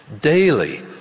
Daily